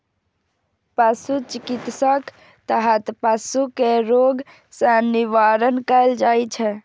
पशु चिकित्साक तहत पशु कें रोग सं निवारण कैल जाइ छै